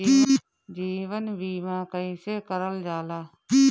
जीवन बीमा कईसे करल जाला?